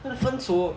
他的分手